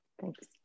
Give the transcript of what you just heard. Thanks